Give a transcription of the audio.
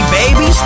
baby